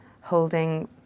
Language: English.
holding